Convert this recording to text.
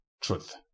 truth